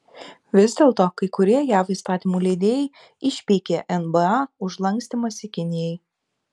vis dėlto kai kurie jav įstatymų leidėjai išpeikė nba už lankstymąsi kinijai